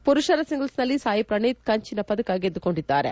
ಪುರುಷರ ಸಿಂಗಲ್ಸ್ನಲ್ಲಿ ಸಾಯಿ ಪ್ರಣೀತ್ ಕಂಚಿನ ಪದಕ ಗೆದ್ದುಕೊಂಡಿದ್ದಾರೆ